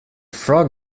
frog